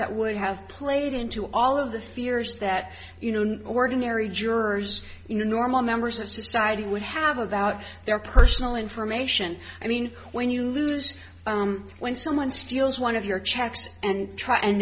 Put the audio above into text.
that would have played into all of the fears that you know ordinary jurors you know normal members of society would have about their personal information i mean when you lose when someone steals one of your checks and try and